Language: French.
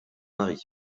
mari